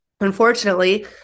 Unfortunately